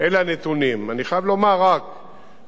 שמי שלא רצה להאריך את חוצה-ישראל דרומה,